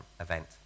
event